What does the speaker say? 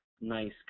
nice